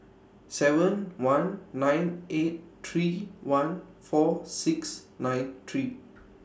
seven one nine eight three one four six nine three